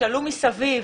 וישאלו מסביב